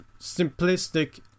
simplistic